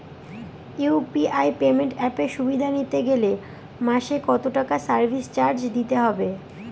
UPI payment অ্যাপের সুবিধা নিতে গেলে মাসে কত টাকা সার্ভিস চার্জ দিতে হবে?